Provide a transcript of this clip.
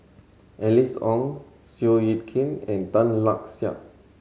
Alice Ong Seow Yit Kin and Tan Lark Sye